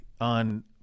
on